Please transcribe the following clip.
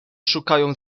szukają